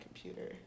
computer